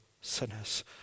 sinners